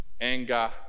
anger